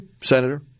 Senator